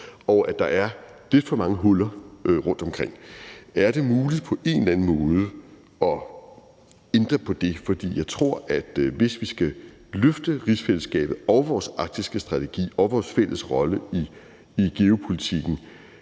og at der er lidt for mange huller rundtomkring. Er det muligt på en eller anden måde at ændre på det? For jeg tror, at hvis vi skal løfte rigsfællesskabet og vores arktiske strategi og vores fælles rolle i geopolitikken,